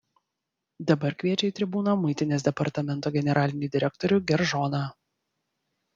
dabar kviečia į tribūną muitinės departamento generalinį direktorių geržoną